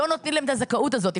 לא נותנים להם את הזכאות זאת.